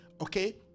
Okay